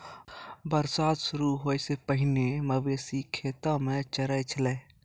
बरसात शुरू होय सें पहिने मवेशी खेतो म चरय छलै